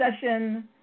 session